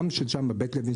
גם שיש שם את בית לוינשטיין,